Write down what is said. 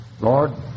Lord